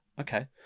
Okay